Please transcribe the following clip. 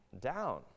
down